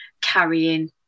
carrying